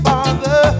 Father